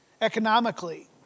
economically